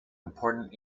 important